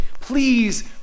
please